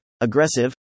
aggressive